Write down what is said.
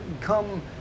come